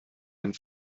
einem